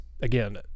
again